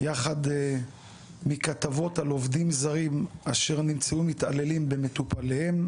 יחד מכתבות על עובדים זרים אשר נמצאו מתעללים במטופליהם.